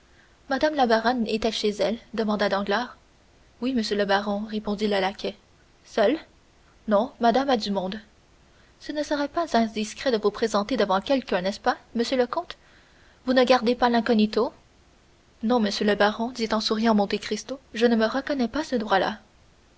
mme la baronne est-elle chez elle demanda danglars oui monsieur le baron répondit le laquais seule non madame a du monde ce ne sera pas indiscret de vous présenter devant quelqu'un n'est-ce pas monsieur le comte vous ne gardez pas l'incognito non monsieur le baron dit en souriant monte cristo je ne me reconnais pas ce droit là